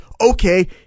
okay